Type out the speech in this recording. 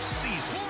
season